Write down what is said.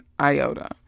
iota